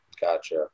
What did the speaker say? Gotcha